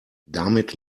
damit